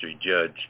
Judge